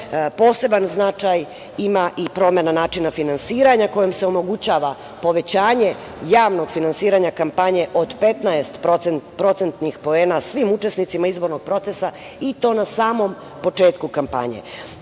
poseban značaj ima i promena načina finansiranja kojom se omogućava povećanje javnog finansiranja kampanje od 15% poena svim učesnicima izbornog procesa i to na samom početku kampanje. Preostali